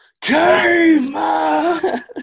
caveman